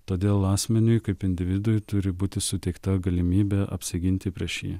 todėl asmeniui kaip individui turi būti suteikta galimybė apsiginti prieš jį